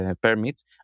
permits